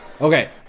Okay